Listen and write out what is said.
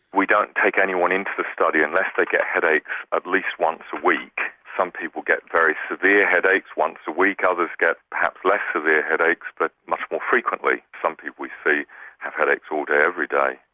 we don't take anyone into the study unless they get headaches at least once a week, some people get very severe headaches once a week, others get perhaps less severe headaches but much more frequently. some people we see have headaches all day every day.